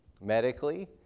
medically